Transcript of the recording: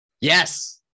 yes